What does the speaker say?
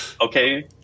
okay